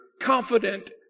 confident